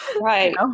right